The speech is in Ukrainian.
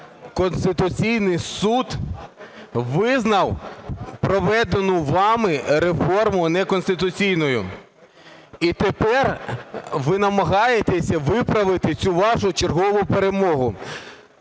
Конституційний Суд визнав проведену вами реформу неконституційною, і тепер ви намагаєтесь виправити цю вашу чергову "перемогу".